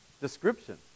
description